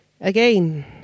Again